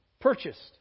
Purchased